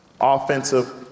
offensive